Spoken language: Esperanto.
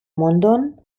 mondon